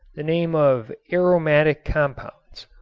the name of aromatic compounds.